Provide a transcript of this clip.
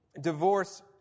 divorce